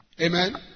Amen